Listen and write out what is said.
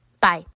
Bye